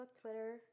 Twitter